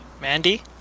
mandy